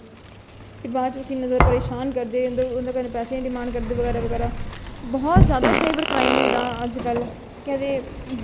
ते बाद च उसी इन्ना जादा परेशान करदे उं'दे उं'दे कन्नै पेसे दी डिमांड करदे बगैरा बगैरा बहूत ज्यादा साइबर क्राइम होई गेदा अज्जकल केह् आखदे